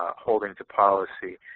ah holding to policy,